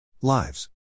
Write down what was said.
Lives